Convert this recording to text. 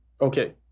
okay